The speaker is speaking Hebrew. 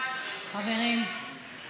חברת הכנסת נחמיאס ורבין,